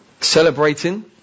celebrating